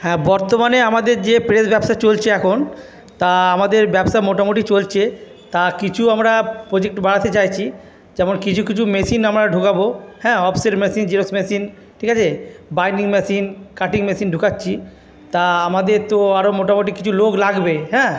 হ্যাঁ বর্তমানে আমাদের যে প্রেস ব্যবসা চলছে এখন তা আমাদের ব্যবসা মোটামুটি চলছে তা কিছু আমরা প্রোজেক্ট বাড়াতে চাইছি যেমন কিছু কিছু মেশিন আমরা ঢোকাব হ্যাঁ অফসেট মেশিন জেরক্স মেশিন ঠিক আছে বাইন্ডিং মেশিন কাটিং মেশিন ঢোকাচ্ছি তা আমাদের তো আরও মোটামুটি কিছু লোক লাগবে হ্যাঁ